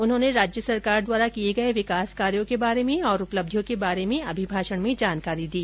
उन्होंने राज्य सरकार द्वारा किये गये विकास कार्यो के बारे में और उपलब्धियों के बारे में अभिभाषण में जानकारी दी